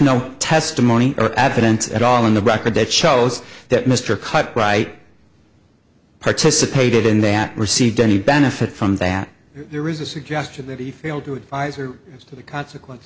no testimony or advents at all in the record that shows that mr cut right participated in that received any benefit from that there is a suggestion that he failed to advise her to the consequence